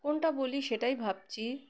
কোনটা বলি সেটাই ভাবছি